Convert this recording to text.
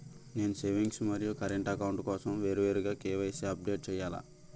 నేను సేవింగ్స్ మరియు current account కోసం వేరువేరుగా కే.వై.సీ అప్డేట్ చేయాలా?